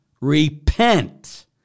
repent